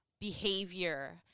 behavior